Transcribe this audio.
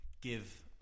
give